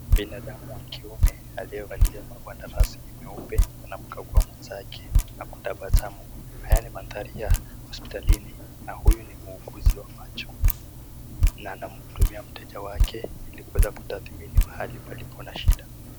Binadamu wa kiume aliyevalia magwanda rasmi meupe anamkagua mwenzake na kutabasamu. Haya ni mandhari ya hospitalini na huyu ni muuguzi wa macho na anamhudumia mteja wake ili kuweza kutadhamini mahali palipo na shida.